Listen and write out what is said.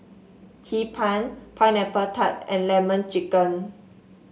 Hee Pan Pineapple Tart and lemon chicken